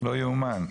לא יאומן,